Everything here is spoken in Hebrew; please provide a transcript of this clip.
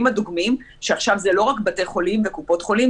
הדוגמים שעכשיו זה לא רק בתי חולים וקופות חולים,